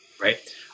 Right